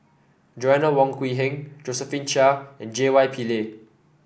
Joanna Wong Quee Heng Josephine Chia and J Y Pillay